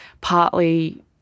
partly